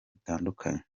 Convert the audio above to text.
dutandukanye